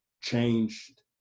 changed